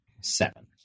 seven